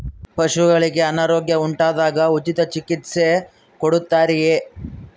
ಪಶುಗಳಿಗೆ ಅನಾರೋಗ್ಯ ಉಂಟಾದಾಗ ಉಚಿತ ಚಿಕಿತ್ಸೆ ಕೊಡುತ್ತಾರೆಯೇ?